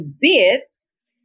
Bits